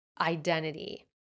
identity